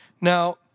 Now